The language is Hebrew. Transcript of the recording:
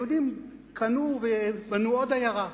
היהודים קנו ובנו עוד עיירה.